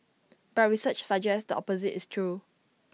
but research suggests the opposite is true